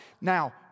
Now